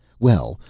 well,